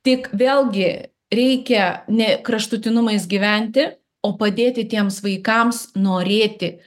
tik vėlgi reikia ne kraštutinumais gyventi o padėti tiems vaikams norėti